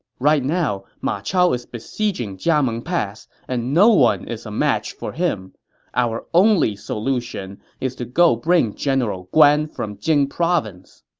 right now, ma chao is besieging jiameng pass, and no one is a match for him our only solution is to go bring general guan from jing province.